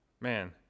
man